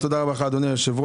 תודה רבה לך, אדוני היושב-ראש.